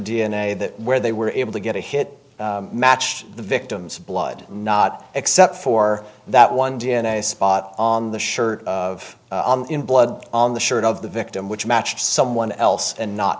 a that where they were able to get a hit matched the victim's blood not except for that one d n a spot on the shirt of blood on the shirt of the victim which matched someone else and not